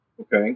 Okay